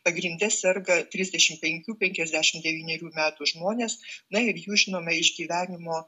pagrinde serga trisdešimt penkių penkiasdešimt devynerių metų žmonės na ir jų žinome išgyvenimo